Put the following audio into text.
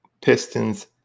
Pistons